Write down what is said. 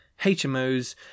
HMOs